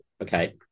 Okay